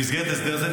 במסגרת הסדר זה,